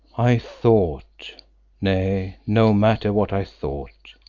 i thought nay, no matter what i thought,